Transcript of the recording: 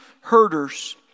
herders